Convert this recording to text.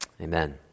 Amen